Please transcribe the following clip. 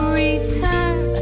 return